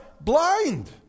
blind